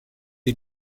est